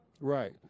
Right